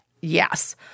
Yes